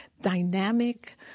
dynamic